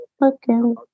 looking